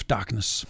Darkness